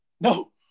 No